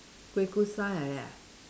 kuih kosui like that ah